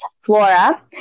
Flora